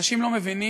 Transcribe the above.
אנשים לא מבינים